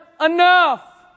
enough